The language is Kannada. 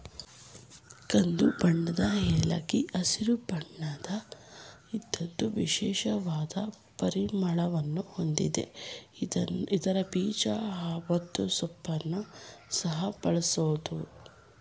ಕಂದುಬಣ್ಣದ ಏಲಕ್ಕಿ ಹಸಿರು ಬಣ್ಣದ ಇದಕ್ಕಿಂತ ವಿಶಿಷ್ಟವಾದ ಪರಿಮಳವನ್ನು ಹೊಂದಿದ್ದು ಇದರ ಬೀಜ ಮತ್ತು ಸಿಪ್ಪೆಯನ್ನು ಸಹ ಬಳಸಬೋದು